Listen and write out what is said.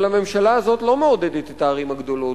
אבל הממשלה הזאת לא מעודדת את הערים הגדולות